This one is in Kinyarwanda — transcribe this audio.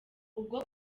ubwo